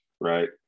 right